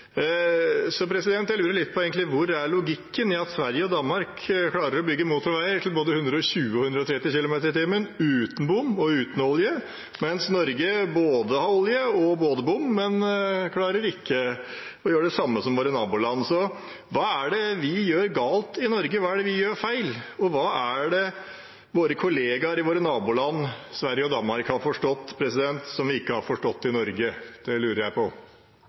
jeg lurer litt på hvor logikken er når både Sverige og Danmark klarer å bygge motorveier til både 120 km/t og 130 km/t uten bommer og uten olje, mens Norge har både bommer og olje, men klarer ikke å gjøre det samme som våre naboland. Hva er det vi gjør galt i Norge? Hva er det vi gjør feil? Og hva er det våre kollegaer i våre naboland Sverige og Danmark har forstått, som vi ikke har forstått i Norge? Det lurer jeg på.